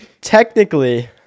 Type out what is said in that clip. technically